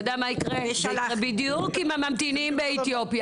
אתה יודע מה יקרה בדיוק עם הממתינים באתיופיה.